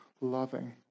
loving